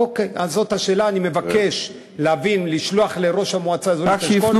ארץ קודש, כבר